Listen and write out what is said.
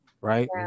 Right